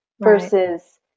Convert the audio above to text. versus